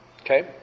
Okay